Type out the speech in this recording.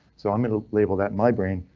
so i'm going to label that my brain.